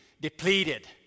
depleted